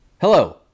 Hello